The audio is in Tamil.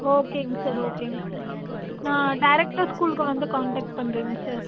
ஓகேங்க சார் ஓகேங்க சார் நான் டேரெக்ட்டாக ஸ்கூலுக்கு வந்து காண்டாக்ட் பண்ணுறேங்க சார்